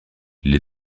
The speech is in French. les